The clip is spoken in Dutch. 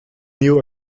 nieuw